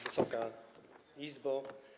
Wysoka Izbo!